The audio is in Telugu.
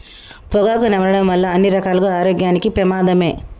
పొగాకు నమలడం వల్ల అన్ని రకాలుగా ఆరోగ్యానికి పెమాదమే